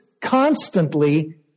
constantly